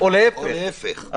או להפך.